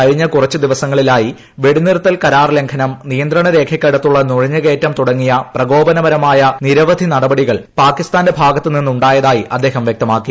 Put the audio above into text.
കഴിഞ്ഞ കുറച്ചു ദിവസങ്ങളായി വെടിനിർത്തൽ കരാർലംഘനം നിയന്ത്രണ രേഖയ്ക്കടുത്തുള്ള നുഴഞ്ഞുകയറ്റം തുടങ്ങിയ പ്രകോപനകരമായ നിരവധി നടപടികൾ പാകിസ്ഥാന്റെ ഭാഗത്തു നിന്നുണ്ടായതായി അദ്ദേഹം വ്യക്തമാക്കി